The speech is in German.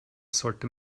sollte